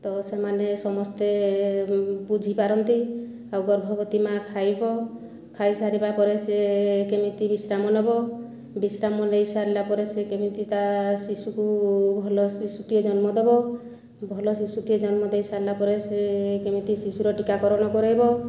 ତ ସେମାନେ ସମସ୍ତେ ବୁଝିପାରନ୍ତି ଆଉ ଗର୍ଭବତୀ ମା' ଖାଇବ ଖାଇସାରିବାପରେ ସେ କେମିତି ବିଶ୍ରାମ ନେବ ବିଶ୍ରାମ ନେଇ ସାରିଲାପରେ ସେ କେମିତି ତା' ଶିଶୁକୁ ଭଲ ଶିଶୁଟିଏ ଜନ୍ମ ଦେବ ଭଲ ଶିଶୁଟିଏ ଜନ୍ମ ଦେଇ ସାରିଲା ପରେ ସେ କେମିତି ଶିଶୁର ଟିକାକରଣ କରାଇବ